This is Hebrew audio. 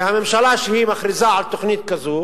שהממשלה, כשהיא מכריזה על תוכנית כזו,